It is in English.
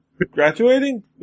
graduating